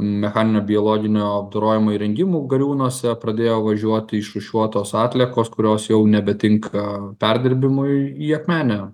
mechaninio biologinio apdorojimo įrengimų gariūnuose pradėjo važiuoti išrūšiuotos atliekos kurios jau nebetinka perdirbimui į akmenę